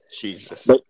Jesus